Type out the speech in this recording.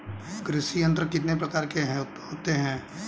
कृषि यंत्र कितने प्रकार के होते हैं?